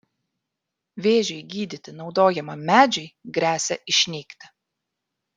vėžiui gydyti naudojamam medžiui gresia išnykti